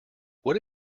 what